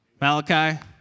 Malachi